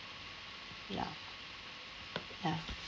ya ya